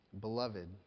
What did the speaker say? Beloved